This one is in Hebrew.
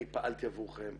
אני פעלתי עבורכם,